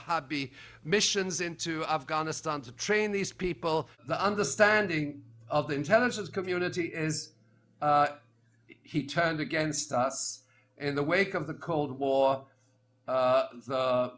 hobby missions into afghanistan to train these people the understanding of the intelligence community is he turned against us in the wake of the cold war jihad the